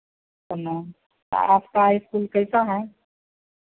प्रणाम तो आपका स्कूल कैसा है